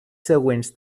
següents